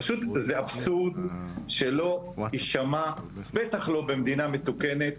זה פשוט אבסורד שלא יישמע בטח לא במדינה מתוקנת,